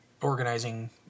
organizing